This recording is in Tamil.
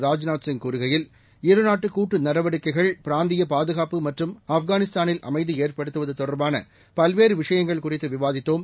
ராஜ்நாத் சிங் கூறுகையில் இருநாட்டு கூட்டு நடவடிக்கைகள் பிராந்திய பாதுகாப்பு மற்றும் ஆப்கனிஸ்தானில் அமைதி ஏற்படுத்துவது தொடர்பான பல்வேறு விஷயங்கள் குறித்து விவாதித்தோம்